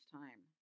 time